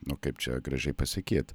nu kaip čia gražiai pasakyt